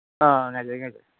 ꯑꯥ ꯉꯥꯏꯖꯒꯦ ꯉꯥꯏꯖꯒꯦ